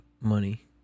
money